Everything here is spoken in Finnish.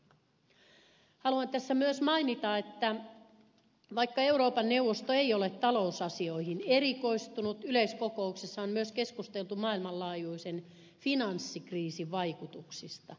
haluan tässä myös mainita että vaikka euroopan neuvosto ei ole talousasioihin erikoistunut yleiskokouksessa on myös keskusteltu maailmanlaajuisen finanssikriisin vaikutuksista